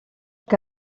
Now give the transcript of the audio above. que